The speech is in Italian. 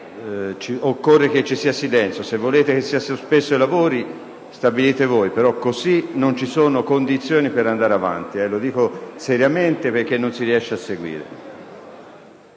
occorre che ci sia silenzio. Se volete che i lavori siano sospesi, stabilite voi, però così non ci sono le condizioni per andare avanti. Lo dico seriamente, perché non si riesce a seguire.